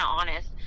honest